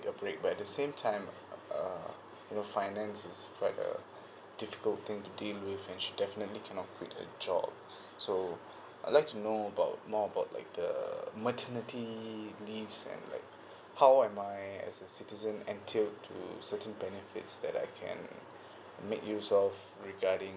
a break but at the same time um uh you know finances like uh difficult thing to deal with and she definitely cannot quit her job so I'd like to know about more about like the maternity leaves and like how am I as a citizen entailed to searching benefits that I can make use of regarding